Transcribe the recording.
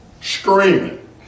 Screaming